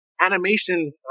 Animation